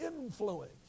influence